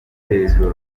hejuru